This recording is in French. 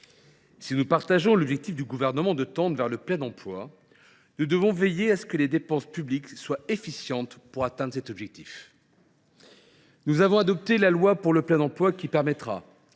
Si nous partageons l’objectif du Gouvernement de tendre vers le plein emploi, nous devons veiller à ce que les dépenses publiques soient efficientes. Nous avons adopté le projet de loi pour le plein emploi qui permettra,